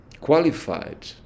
qualified